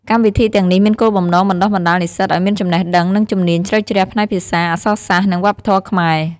កម្មវិធីទាំងនេះមានគោលបំណងបណ្តុះបណ្តាលនិស្សិតឱ្យមានចំណេះដឹង និងជំនាញជ្រៅជ្រះផ្នែកភាសា អក្សរសាស្ត្រ និងវប្បធម៌ខ្មែរ។